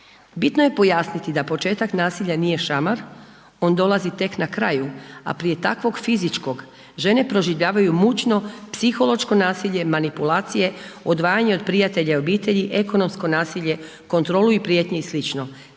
Bitno je pojasniti da početak nasilja nije šamar, on dolazi tek na kraju, a prije takvog fizičkog žene proživljavaju mučno psihološko nasilje, manipulacije, odvajanje od prijatelja i obitelji, ekonomsko nasilje, kontrolu i prijetnje i